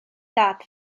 dad